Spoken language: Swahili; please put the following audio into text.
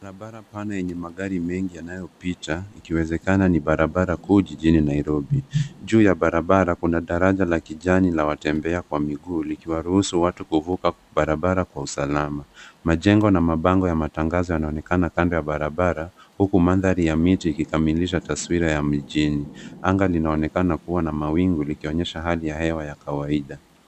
Barabara pana yenye magari mengi yanayopita, ikiwezekana ni barabara kuu jijini Nairobi. Juu ya barabara, kuna daraja la kijani la watembea kwa miguu likiwaruhusu watu kuvuka barabara kwa usalama. Majengo na mabango ya matangazo yanaonekana kando ya barabara huku mandhari ya miti ikikamilisha taswira ya mijni. Anga linaonekana kuwa na mawingu likionyesha hali ya hewa yakawaida.